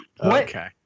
Okay